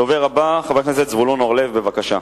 הדובר הבא, חבר הכנסת זבולון אורלב, בבקשה.